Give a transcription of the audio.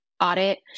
audit